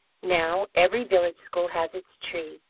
now, every village school has its tree,